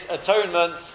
atonement